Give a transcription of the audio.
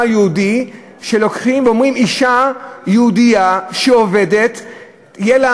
היהודי כשאומרים לאישה יהודייה שעובדת שהיא לא